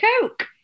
Coke